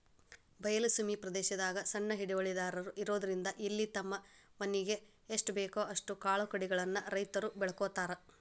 ಬಯಲ ಸೇಮಿ ಪ್ರದೇಶದಾಗ ಸಣ್ಣ ಹಿಡುವಳಿದಾರರು ಇರೋದ್ರಿಂದ ಇಲ್ಲಿ ತಮ್ಮ ಮನಿಗೆ ಎಸ್ಟಬೇಕೋ ಅಷ್ಟ ಕಾಳುಕಡಿಗಳನ್ನ ರೈತರು ಬೆಳ್ಕೋತಾರ